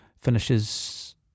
Finishes